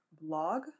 blog